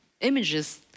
images